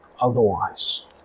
otherwise